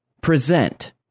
present